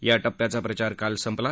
या टप्प्याचा प्रचार काल संपला